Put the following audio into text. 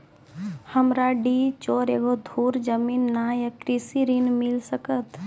हमरा डीह छोर एको धुर जमीन न या कृषि ऋण मिल सकत?